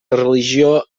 religió